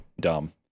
dumb